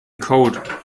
code